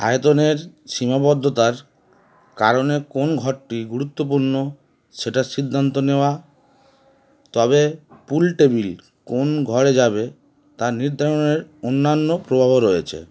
আয়তনের সীমাবদ্ধতার কারণে কোন ঘরটি গুরুত্বপূণ্য সেটার সিদ্ধান্ত নেওয়া তবে পুল টেবিল কোন ঘরে যাবে তা নির্ধারণের অন্যান্য প্রভাবও রয়েচে